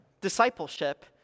Discipleship